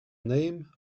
name